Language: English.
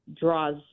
draws